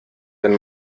wenn